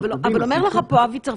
אבל אומר לך פה אבי צרפתי,